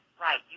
right